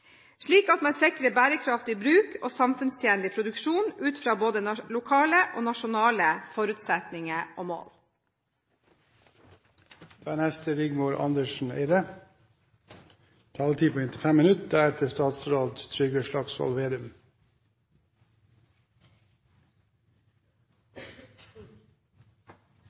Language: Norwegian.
slik at man sikrer bærekraftig bruk og samfunnstjenlig produksjon ut fra både lokale og nasjonale forutsetninger og mål.